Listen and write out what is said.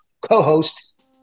co-host